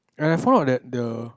and I found out that the